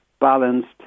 balanced